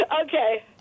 Okay